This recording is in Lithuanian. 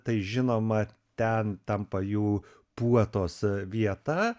tai žinoma ten tampa jų puotos vieta